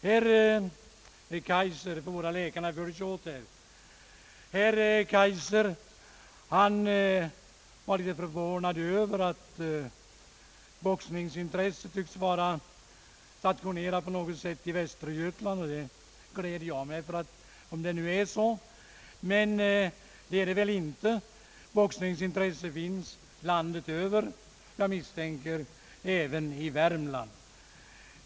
Herr Kaijser var förvånad över att boxningen på något sätt var stationerad i Västergötland. Vore det så skulle det glädja mig, men boxningsintresset finns säkert landet över, jag misstänker även i Värmland.